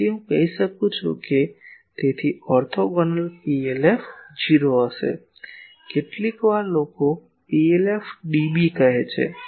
તેથી હું શું કહી શકું છું તેથી ઓર્થોગોનલ PLF 0 હશે કેટલીકવાર લોકો PLF dB કહે છે